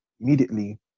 immediately